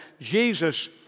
Jesus